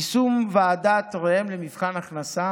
יישום ועדת ראם למבחן הכנסה,